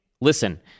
listen